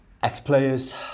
Ex-players